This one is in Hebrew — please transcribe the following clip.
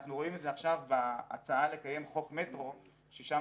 אנחנו רואים את זה עכשיו בהצעה לקיים חוק מטרו ששם